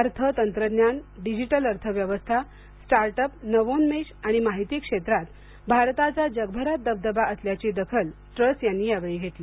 अर्थ तंत्रज्ञान डिजिटल अर्थव्यवस्था स्टार्ट अप नवोन्मेष आणि माहिती क्षेत्रात भारताचा जगभरात दबदबा असल्याची दखल टूस यांनी यावेळी घेतली